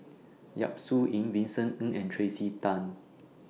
Yap Su Yin Vincent Ng and Tracey Tan